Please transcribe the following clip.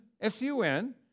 S-U-N